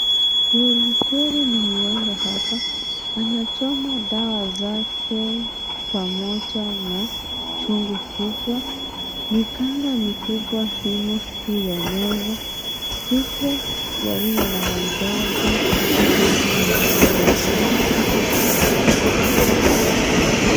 Kwekweli ni mganga hapa anachoma dawa zake pamoja na chungu kubwa , miganga mikubwa imo juu ya meza kichwa yaliyo na maridadi iko juu ya meza ndogo.